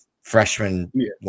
freshman